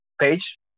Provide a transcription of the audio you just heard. page